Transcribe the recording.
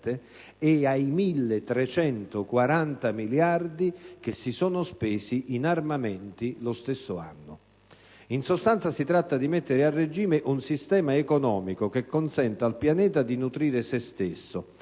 ed ai 1.340 miliardi che si sono spesi in armamenti lo stesso anno». In sostanza, si tratta di mettere a regime un sistema economico che consenta al pianeta di nutrire se stesso,